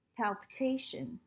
palpitation